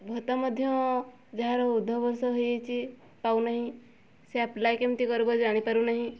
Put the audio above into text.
ଭତ୍ତା ମଧ୍ୟ ଯାହାର ଉର୍ଦ୍ଧ୍ୱ ବୟସ ହେଇଯାଇଛି ପାଉନାହିଁ ସେ ଆପ୍ଲାଏ କେମିତି କରିବ ଜାଣିପାରୁନାହିଁ